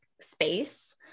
space